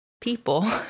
people